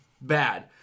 bad